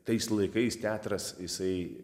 tais laikais teatras jisai